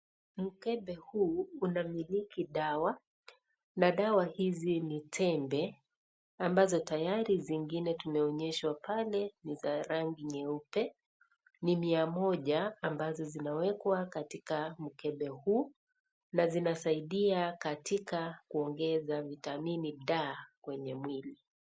Mkebe huu unamiliki dawa na dawa hizi ni tembe ambazo tayari zingine tumeonyeswa pale ni za rangi nyeupe ni mia moja ambazo zinawekwa katika mkebe huu na zinasaidia katika kuongeza vitamini D kwenye mwili.